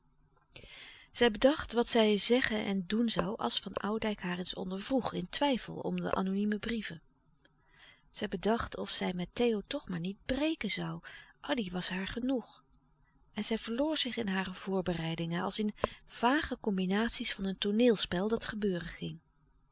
zij bedacht wat zij zeggen en doen zoû als van oudijck haar eens ondervroeg in twijfel om de anonieme brieven zij bedacht of zij met theo toch maar niet breken zoû addy was haar genoeg en zij verloor zich in hare voorbereidingen als in vage combinaties van een tooneelspel dat gebeuren ging